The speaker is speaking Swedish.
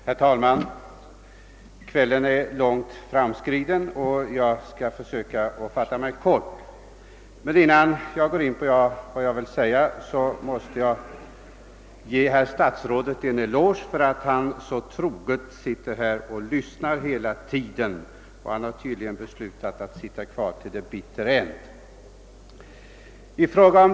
Herr talman! Kvällen är långt framskriden, och jag skall försöka fatta mig kort. Men innan jag börjar mitt anförande vill jag ge herr statsrådet en eloge för att han så troget sitter här och lyssnar hela tiden, och herr statsrådet har tydligen beslutat sig för att sitta kvar till »the bitter end«.